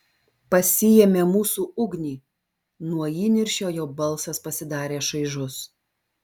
pasiėmė mūsų ugnį nuo įniršio jo balsas pasidarė šaižus